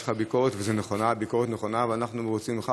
יש לך ביקורת, הביקורת נכונה, ואנחנו מרוצים ממך.